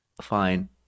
Fine